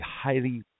highly